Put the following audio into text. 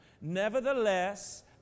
Nevertheless